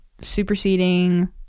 superseding